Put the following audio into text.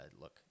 look